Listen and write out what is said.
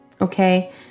Okay